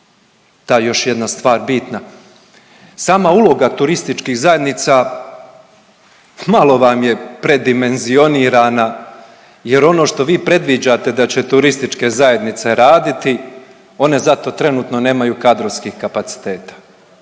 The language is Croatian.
ta još jedna stvar bitna. Sama uloga turističkih zajednica, malo vam je predimenzionirana, jer vi ono što vi predviđate da će turističke zajednice raditi, one za to trenutno nemaju kadrovskih kapaciteta.